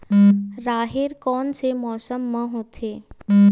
राहेर कोन से मौसम म होथे?